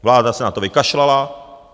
Vláda se na to vykašlala.